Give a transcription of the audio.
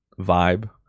vibe